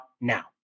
now